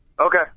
Okay